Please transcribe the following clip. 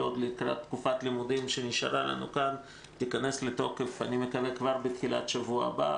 לקראת תקופת לימודים שנשארה לנו כאן תיכנס לתוקף כבר בתחילת השבוע הבא,